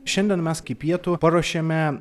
šiandien mes iki pietų paruošėme